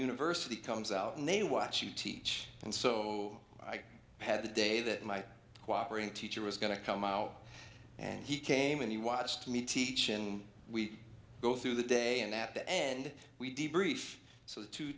university comes out and they watch you teach and so i had the day that my cooperate teacher was going to come out and he came and he watched me teachin we go through the day and at the end we debrief so t